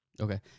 Okay